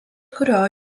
kurio